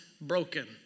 broken